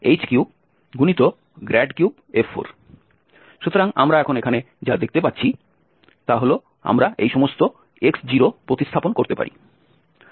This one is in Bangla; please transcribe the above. সুতরাং আমরা এখন এখানে যা পাচ্ছি আমরা এই সমস্ত x0 প্রতিস্থাপন করতে পারি